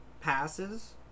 passes